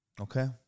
Okay